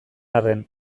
arren